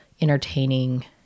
entertaining